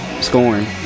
scoring